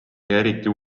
eriti